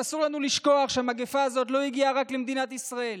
אסור לנו לשכוח שהמגפה הזאת לא הגיעה רק למדינת ישראל.